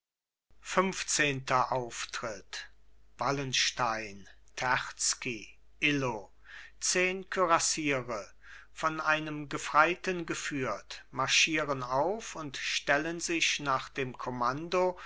funfzehnter auftritt wallenstein terzky illo zehn kürassiere von einem gefreiten geführt marschieren auf und stellen sich nach dem kommando